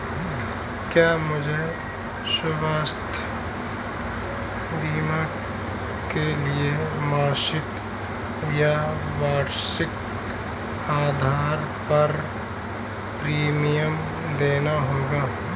क्या मुझे स्वास्थ्य बीमा के लिए मासिक या वार्षिक आधार पर प्रीमियम देना होगा?